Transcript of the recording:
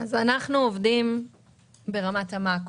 אנחנו עובדים ברמת המקרו.